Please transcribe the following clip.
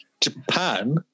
Japan